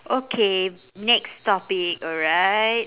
okay next topic alright